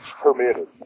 permitted